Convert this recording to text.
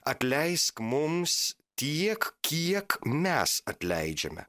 atleisk mums tiek kiek mes atleidžiame